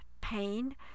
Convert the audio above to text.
pain